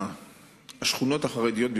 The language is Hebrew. סיעה שהיא יותר גדולה מקבלת שתי הצעות לסדר-היום,